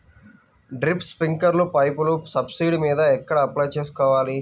Drip, స్ప్రింకర్లు పైపులు subsidy మీద ఎక్కడ అప్లై చేసుకోవాలి?